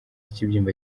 ikibyimba